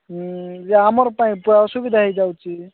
ହୁଁ ଯେ ଆମ ପାଇଁ ଅସୁବିଧା ହୋଇଯାଉଛି